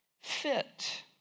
fit